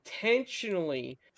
intentionally